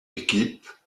équipe